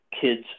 kids